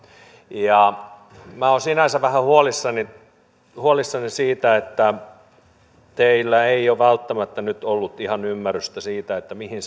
ja minä olen sinänsä vähän huolissani huolissani siitä että teillä ei nyt välttämättä ole ollut ihan ymmärrystä siitä mihin